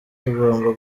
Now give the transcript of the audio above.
tugomba